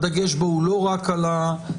הדגש בו הוא לא רק על הסמכויות,